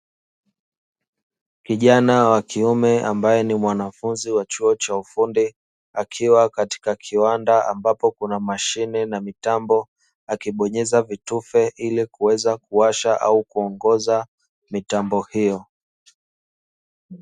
Kijana wa kiume ambaye ni mwanafunzi wa chuo cha ufundi, akiwa katika kiwanda ambapo kuna mashine na mitambo. Akibonyeza vitufe ili kuweza kuwasha au kuongoza mitambo hiyo.